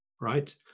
right